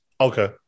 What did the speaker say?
Okay